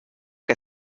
que